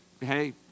hey